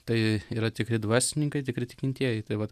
tai yra tikri dvasininkai tikri tikintieji tai vat